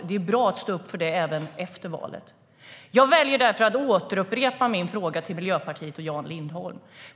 Det är bra att stå upp för det även efter valet. Jag väljer därför att återupprepa min fråga till Miljöpartiet och Jan Lindholm.